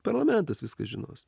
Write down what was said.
parlamentas viską žinos